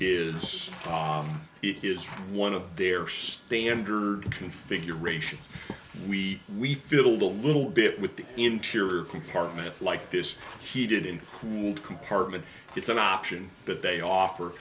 it is one of their standard configurations we we filled a little bit with the interior compartment like this he did in crude compartment it's an option but they offer